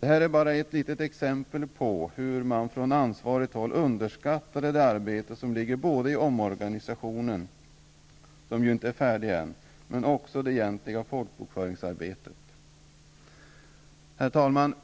Det här är bara ett litet exempel på hur man från ansvarigt håll underskattade det arbete som ligger i omorganisationen, som inte är färdig ännu, men också i det egentliga folkbokföringsarbetet. Herr talman!